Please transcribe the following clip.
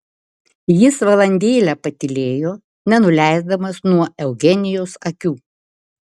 jis valandėlę patylėjo nenuleisdamas nuo eugenijaus akių